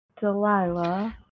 Delilah